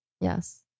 Yes